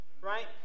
right